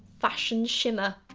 fashion shimmer.